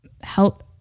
health